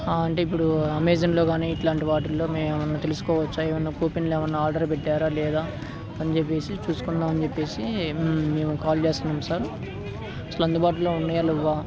అంటే ఇప్పుడు అమెజాన్లో కానీ ఇట్లాంటి వాటిల్లో మేము ఏమైనా తెలుసుకోవచ్చా ఏమైనా కూపెన్లో ఏమైనా ఆర్డర్ పెట్టారా లేదా అని చెెప్పేసి చూసుకుందామని అని చెప్పేసి మేము కాల్ చేస్తున్నాము సార్ అసలు అందుబాటులో ఉన్నాయా లేవా